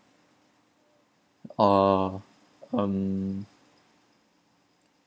or um